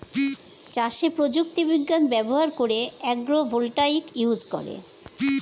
চাষে প্রযুক্তি বিজ্ঞান ব্যবহার করে আগ্রো ভোল্টাইক ইউজ করে